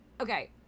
okay